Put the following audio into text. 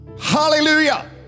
Hallelujah